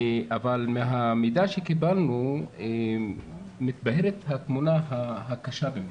אבל מהמידע שקיבלנו מתבהרת התמונה הקשה באמת.